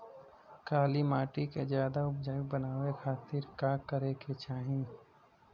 काली माटी के ज्यादा उपजाऊ बनावे खातिर का करे के चाही?